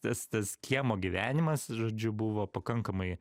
tas tas kiemo gyvenimas žodžiu buvo pakankamai